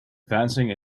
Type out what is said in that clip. advancing